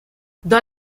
dans